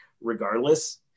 regardless